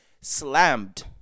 slammed